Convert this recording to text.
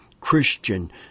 Christian